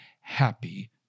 happy